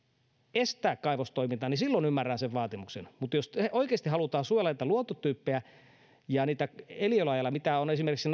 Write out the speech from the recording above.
estää kaivostoiminta niin silloin ymmärrän sen vaatimuksen mutta jos oikeasti halutaan suojella niitä luontotyyppejä ja niitä eliölajeja mitä on esimerkiksi